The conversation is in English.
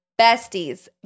BESTIES